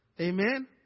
Amen